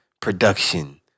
production